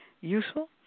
useful